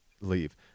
leave